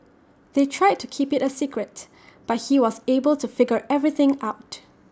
they tried to keep IT A secret but he was able to figure everything out